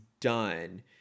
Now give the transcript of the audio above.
done